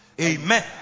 Amen